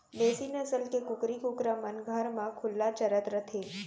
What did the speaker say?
देसी नसल के कुकरी कुकरा मन घर म खुल्ला चरत रथें